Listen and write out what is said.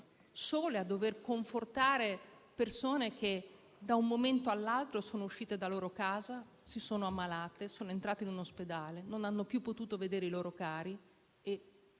spesso da soli a dover confortare persone che da un momento all'altro sono uscite dalle loro case, si sono ammalate, sono entrate in un ospedale, non hanno più potuto vedere i loro cari e